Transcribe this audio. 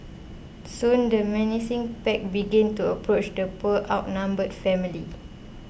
soon the menacing pack began to approach the poor outnumbered family